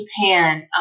Japan